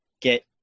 get